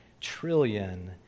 trillion